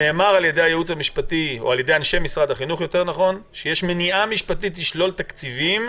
נאמר על ידי אנשי משרד החינוך שיש מניעה משפטית לשלול תקציבים